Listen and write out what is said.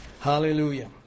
Hallelujah